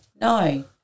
No